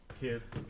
kids